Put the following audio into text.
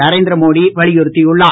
நரேந்திர மோடி வலியுறுத்தியுள்ளார்